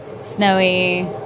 Snowy